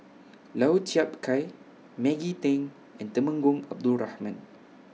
Lau Chiap Khai Maggie Teng and Temenggong Abdul Rahman